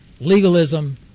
legalism